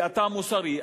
ואתה מוסרי,